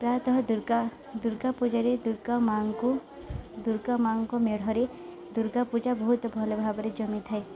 ପ୍ରାୟତଃ ଦୁର୍ଗା ଦୁର୍ଗା ପୂଜାରେ ଦୁର୍ଗା ମା'ଙ୍କୁ ଦୁର୍ଗା ମା'ଙ୍କ ମେଢ଼ରେ ଦୁର୍ଗା ପୂଜା ବହୁତ ଭଲ ଭାବରେ ଜମିଥାଏ